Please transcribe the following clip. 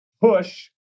push